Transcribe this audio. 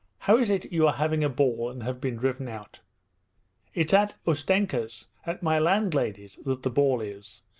how is it you are having a ball and have been driven out it's at ustenka's, at my landlady's, that the ball is,